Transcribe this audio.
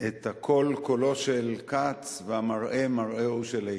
הקול קולו של כץ, והמראה מראהו של איתן.